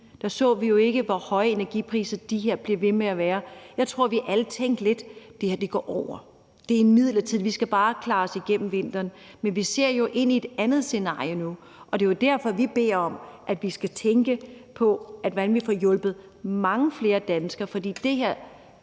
der kunne vi jo ikke se, hvor høje energipriserne ville blive ved med at være. Jeg tror, at vi alle lidt tænkte: Det her går over, det er midlertidigt – vi skal bare klare os igennem vinteren. Men vi ser jo ind i et andet scenarie nu, og det er jo derfor, vi beder om, at der skal tænkes på, hvordan vi får hjulpet mange flere danskere.